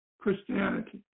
Christianity